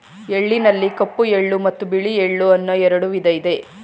ಎಳ್ಳಿನಲ್ಲಿ ಕಪ್ಪು ಎಳ್ಳು ಮತ್ತು ಬಿಳಿ ಎಳ್ಳು ಅನ್ನೂ ಎರಡು ವಿಧ ಇದೆ